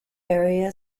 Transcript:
area